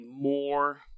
more